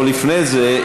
או לפני זה,